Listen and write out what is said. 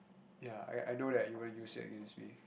ya I I know that you won't use it against me